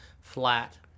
flat